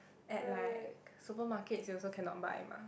at like supermarkets you also cannot buy mah